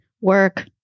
work